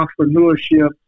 entrepreneurship